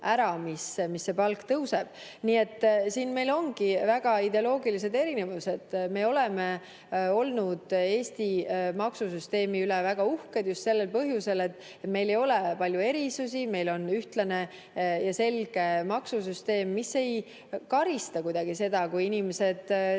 võrra palk tõuseb. Siin meil ongi ideoloogilised erinevused. Me oleme olnud Eesti maksusüsteemi üle väga uhked just sellel põhjusel, et meil ei ole palju erisusi, meil on ühtlane ja selge maksusüsteem, mis ei karista kuidagi seda, kui inimesed hakkavad